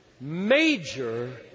Major